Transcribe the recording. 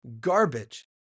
garbage